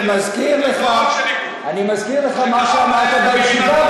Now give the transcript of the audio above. אני מזכיר לך מה אמרת בישיבה,